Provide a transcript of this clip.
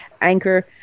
Anchor